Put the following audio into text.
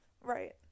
Right